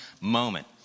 moment